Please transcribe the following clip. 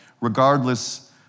regardless